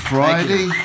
Friday